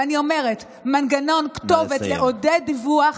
ואני אומרת: מנגנון, כתובת, לעודד דיווח,